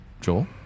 Joel